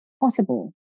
possible